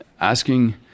asking